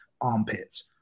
armpits